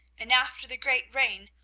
and after the great rain,